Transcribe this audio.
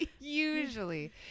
usually